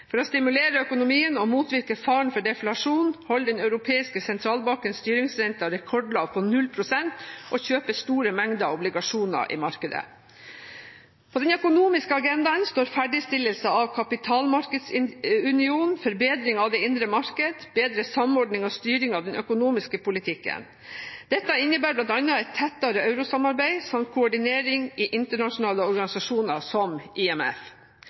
For å stimulere økonomien og motvirke faren for deflasjon holder Den europeiske sentralbanken styringsrenten rekordlav, på 0 pst., og kjøper store mengder obligasjoner i markedet. På den økonomiske agendaen står ferdigstillelse av kapitalmarkedsunionen, forbedring av det indre marked og bedre samordning og styring av den økonomiske politikken. Dette innebærer bl.a. et tettere eurosamarbeid samt koordinering i internasjonale organisasjoner som IMF.